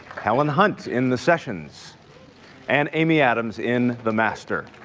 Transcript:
helen hunt in the sessions and amy adams in the master.